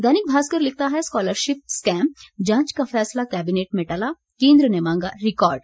दैनिक भास्कर लिखता है scholarship scam जांच का फैसला कैबिनेट में टला केंद्र ने मांगा रिकॉर्ड